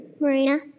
Marina